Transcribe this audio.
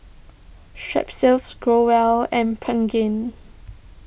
Growell and Pregain